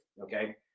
okay